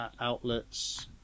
outlets